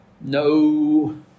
No